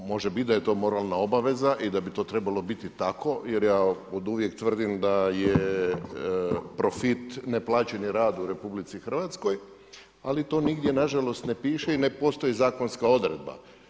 Može biti da je to moralna obaveza i da bi to trebalo biti tako jer ja oduvijek tvrdim da je profit neplaćeni rad u RH ali to nigdje nažalost ne piše i ne postoji zakonska odredba.